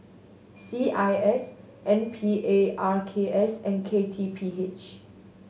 C I S N Parks and K T P H